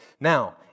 Now